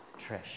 Trish